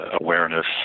awareness